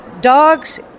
dogs